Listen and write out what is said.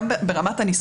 גם ברמת הניסוח,